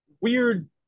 weird